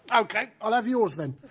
ok, i'll have yours then.